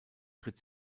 tritt